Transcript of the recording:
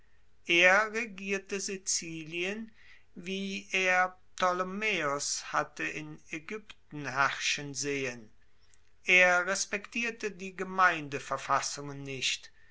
er regierte sizilien wie er ptolemaeos hatte in aegypten herrschen sehen er respektierte die gemeindeverfassungen nicht